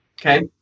okay